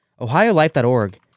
OhioLife.org